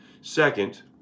Second